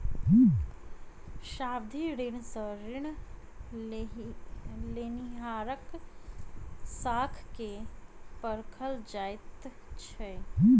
सावधि ऋण सॅ ऋण लेनिहारक साख के परखल जाइत छै